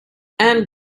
and